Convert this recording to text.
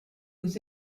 aux